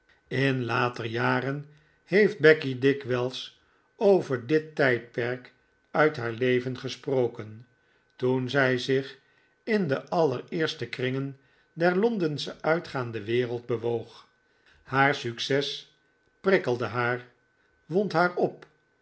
in later jaren heeft becky dikwijls over dit tijdperk uit haar leven gesproken toen zij zich in de allereerste kringen der londensche uitgaande wereld bewoog haar succes prikkelde haar wond haar op